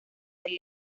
del